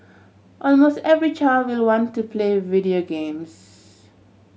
almost every child will want to play video games